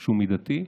שהוא מידתי.